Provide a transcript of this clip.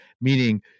meaning